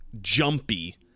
jumpy